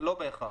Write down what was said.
לא בהכרח.